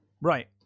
right